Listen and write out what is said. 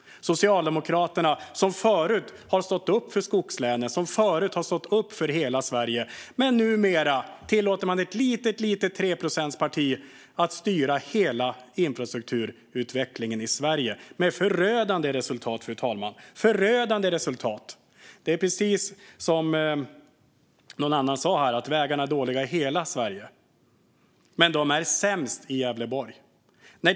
Socialdemokraterna har tidigare stått upp för skogslänen och för hela Sverige, men numera tillåter man ett litet treprocentsparti att styra hela infrastrukturutvecklingen i Sverige med förödande resultat. Precis som någon annan sa här är vägarna dåliga i hela Sverige, men de är sämst i Gävleborg.